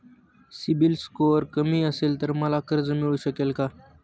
CIBIL score कमी असेल तर मला कर्ज मिळू शकेल का?